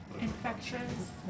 Infectious